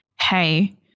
hey